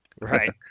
Right